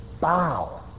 bow